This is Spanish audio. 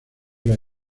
las